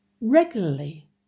regularly